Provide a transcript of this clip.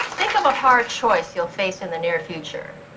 think of a hard choice you'll face in the near future.